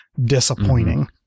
disappointing